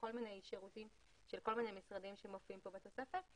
בכל מיני שירותים של כל מיני משרדים שמופיעים כאן בתוספת.